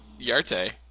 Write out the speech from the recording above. Yarte